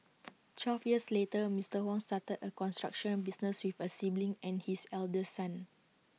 twelve years later Mister Huang started A construction business with A sibling and his eldest son